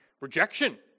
rejection